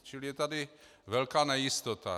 Čili je tady velká nejistota.